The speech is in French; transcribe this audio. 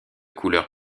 couleur